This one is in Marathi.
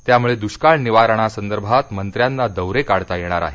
त्यामुळे दृष्काळ निवारणासंदर्भात मंत्र्यांना दौरे काढता येणार आहेत